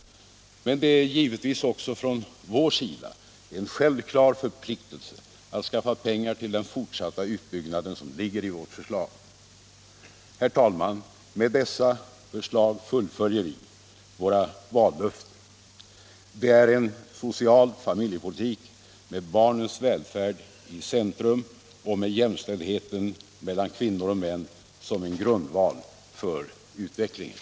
Men det är givetvis också från vår sida en självklar förpliktelse att skaffa pengar till den fortsatta utbyggnad som ligger i vårt förslag. Med dessa förslag fullföljer vi, herr talman, våra vallöften. Det är en social familjepolitik med barnens välfärd i centrum och med jämställdheten mellan kvinnor och män som en grundval för utvecklingen.